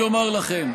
אז בואו אני אומר לכם.